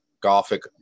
gothic